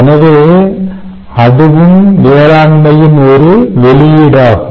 எனவே அதுவும் வேளாண்மையின் ஒரு வெளியீடாகும்